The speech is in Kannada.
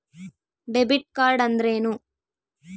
ಡೆಬಿಟ್ ಕಾರ್ಡ್ ಅಂದ್ರೇನು?